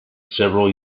several